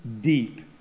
deep